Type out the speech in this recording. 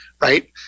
right